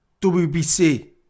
WBC